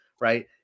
Right